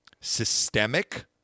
systemic